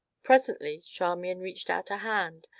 presently charmian reached out a hand,